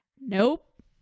Nope